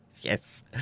yes